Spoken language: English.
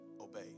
obey